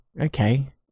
okay